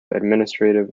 administrative